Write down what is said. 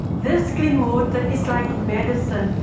this clean water is like medicine.